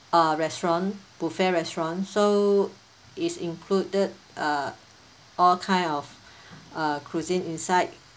uh restaurant buffet restaurant so is included uh all kind of uh cuisine inside